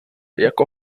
jako